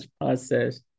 process